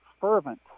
fervent